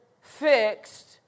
fixed